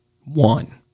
One